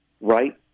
Right